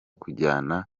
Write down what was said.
kujyana